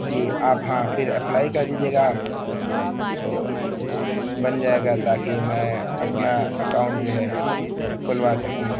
جی آپ ہاں پھر اپلائی کر دیجیے گا تو بن جائے گا تاکہ میں اپنا اکاؤنٹ جو ہے کھلوا سکوں